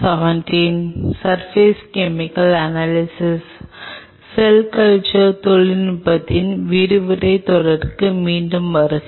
செல் culture தொழில்நுட்பத்தில் விரிவுரைத் தொடருக்கு மீண்டும் வருக